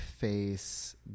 face